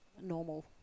normal